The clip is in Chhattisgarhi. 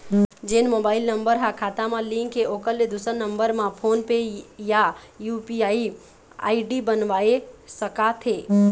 जोन मोबाइल नम्बर हा खाता मा लिन्क हे ओकर ले दुसर नंबर मा फोन पे या यू.पी.आई आई.डी बनवाए सका थे?